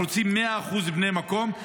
אנחנו רוצים 100% בני המקום.